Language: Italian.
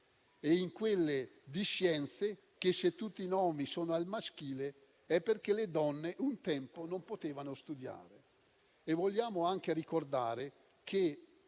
e in quelle di scienze che, se tutti i nomi sono al maschile, è perché le donne un tempo non potevano studiare. Desideriamo altresì ricordare che